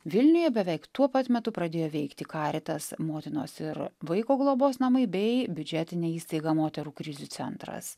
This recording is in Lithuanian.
vilniuje beveik tuo pat metu pradėjo veikti karitas motinos ir vaiko globos namai bei biudžetinė įstaiga moterų krizių centras